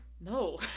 No